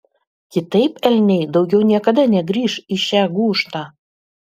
kitaip elniai daugiau niekada negrįš į šią gūžtą